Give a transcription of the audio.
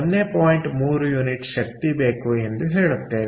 3 unit ಶಕ್ತಿ ಬೇಕು ಎಂದು ಹೇಳುತ್ತೇವೆ